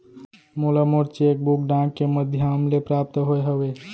मोला मोर cheque book डाक के मध्याम ले प्राप्त होय हवे